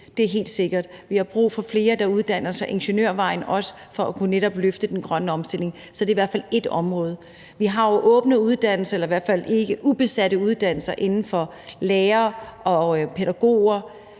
det er helt sikkert. Vi har brug for flere, der går ingeniørvejen, for at vi netop kan løfte den grønne omstilling. Så det er i hvert fald ét område. Vi har jo åbne uddannelser eller i hvert fald ubesatte uddannelsespladser inden for lærer- og